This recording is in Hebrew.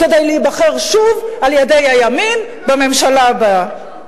כדי להיבחר שוב על-ידי הימין לממשלה הבאה.